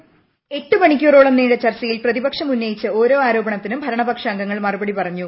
voice എട്ട് മണിക്കൂറോളം നീണ്ട ചർച്ചയിൽ പ്രതിപക്ഷം ഉന്നയിച്ച ഓരോ ആരോപണത്തിനും ഭരണപക്ഷ അംഗങ്ങൾ മറുപടി പറഞ്ഞു